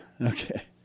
Okay